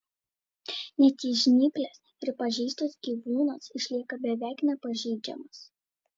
net jei žnyplės ir pažeistos gyvūnas išlieka beveik nepažeidžiamas